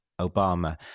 Obama